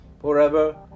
forever